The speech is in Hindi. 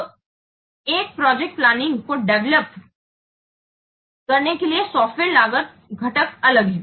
तो एक प्रोजेक्ट प्लानिंग को डेवेलोप करने के लिए सॉफ़्टवेयर लागत घटक अलग हैं